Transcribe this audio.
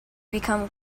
become